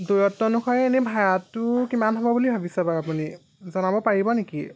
দূৰত্ব অনুসাৰে এনে ভাড়াটো কিমান হ'ব বুলি ভাবিছে বাৰু আপুনি জনাব পাৰিব নেকি